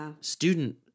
student